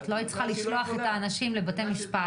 את לא היית צריכה לשלוח את האנשים לבתי משפט.